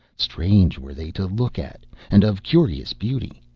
strange were they to look at, and of curious beauty,